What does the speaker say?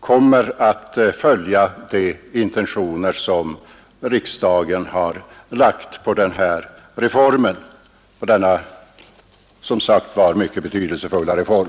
kommer att följa de intentioner som riksdagen har lagt på denna som sagt mycket betydelsefulla reform.